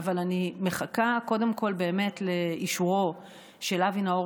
אבל אני מחכה קודם כול לאישורו של אבי נאור